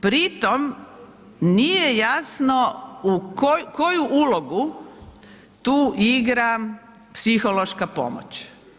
Pri tome nije jasno koju ulogu tu igra psihološka pomoć.